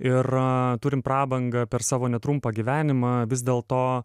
ir turim prabangą per savo netrumpą gyvenimą vis dėl to